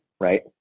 right